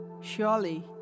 Surely